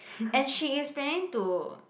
and she is planning to